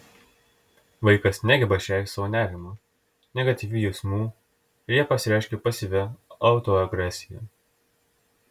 vaikas negeba išreikšti savo nerimo negatyvių jausmų ir jie pasireiškia pasyvia autoagresija